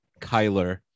Kyler